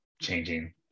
changing